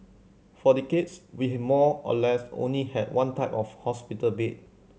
for decades we have more or less only had one type of hospital bed